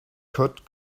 could